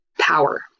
power